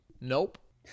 Nope